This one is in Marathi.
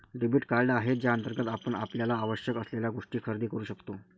डेबिट कार्ड आहे ज्याअंतर्गत आपण आपल्याला आवश्यक असलेल्या गोष्टी खरेदी करू शकतो